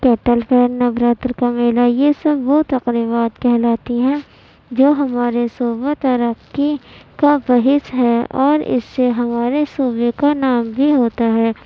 نوراتری کا میلا یہ سب وہ تقریبات کہلاتی ہیں جو ہمارے صوبہ ترقی کا باعث ہے اور اس سے ہمارے صوبہ کا نام بھی ہوتا ہے